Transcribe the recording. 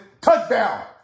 Touchdown